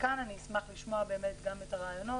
וכאן אני אשמח לשמוע באמת גם את הרעיונות